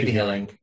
healing